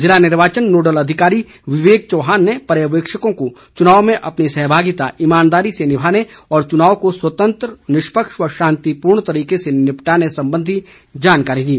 जिला निर्वाचन नोडल अधिकारी विवेक चौहान ने पर्यवेक्षकों को चुनाव में अपनी सहभागिता ईमानदारी से निभाने और चुनाव को स्वतंत्र निष्पक्ष व शांतिपूर्ण तरीके से निपटाने संबंधी जानकारी दी